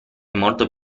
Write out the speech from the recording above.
molto